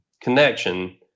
connection